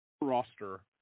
roster